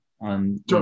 on